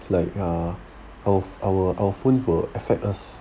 like uh our our phones will affect us